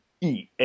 EA